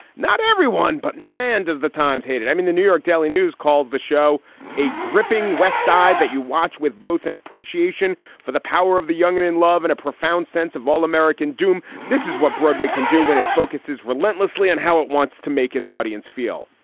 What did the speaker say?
not everyone, but man, does the times hate it. i mean, the new york daily news called the show a gripping west side that you watch with both an appreciation for the power of the young and in love and a profound sense of all american doom. this is what broadway can do when it focuses relentlessly on how it wants to make its audience feel.